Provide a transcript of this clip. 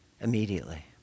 immediately